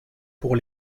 pour